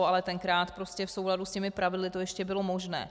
Ale tenkrát prostě v souladu s těmi pravidly to ještě bylo možné.